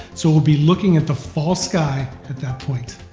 so we'll be looking at the fall sky at that point.